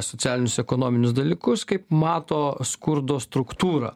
socialinius ekonominius dalykus kaip mato skurdo struktūrą